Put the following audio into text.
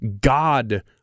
God